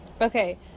okay